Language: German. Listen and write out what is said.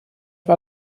war